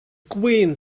queen